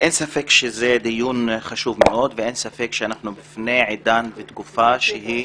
אין ספק שזה דיון חשוב מאוד ואין ספק שאנחנו בפני עידן ותקופה שהיא